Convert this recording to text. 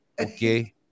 okay